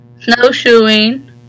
snowshoeing